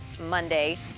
Monday